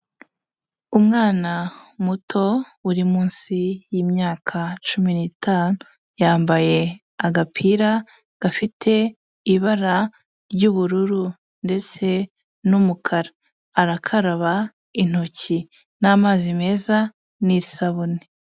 Umwana muto uri munsi y'imyaka cumi n'itanu, yambaye agapira gafite ibara ry'ubururu ndetse n'umukara, arakaraba intoki n'amazi meza n'isabune.